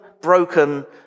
broken